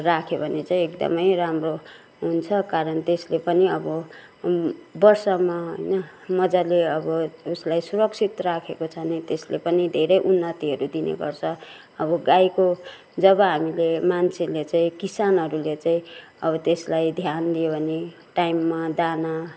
राख्यो भने चाहिँ एकदमै राम्रो हुन्छ कारण त्यसले पनि अब वर्षमा होइन मज्जाले अब उसलाई सुरक्षित राखेको छ भने त्यसले पनि धेरै उन्नतिहरू दिने गर्छ अब गाईको जब हामीले मान्छेले चाहिँ किसानहरूले चाहिँ अब त्यसलाई ध्यान दियो भने टाइममा दाना